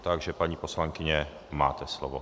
Takže paní poslankyně, máte slovo.